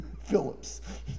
Phillips